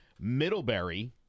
Middlebury